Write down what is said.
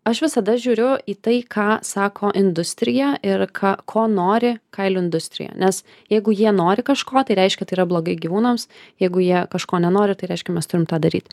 aš visada žiūriu į tai ką sako industrija ir ką ko nori kailių industrija nes jeigu jie nori kažko tai reiškia tai yra blogai gyvūnams jeigu jie kažko nenori tai reiškia mes turim tą daryt